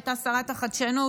שהייתה שרת החדשנות,